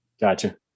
Gotcha